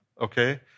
okay